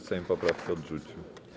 Sejm poprawki odrzucił.